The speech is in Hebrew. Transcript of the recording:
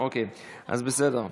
חזר לישון, בסדר,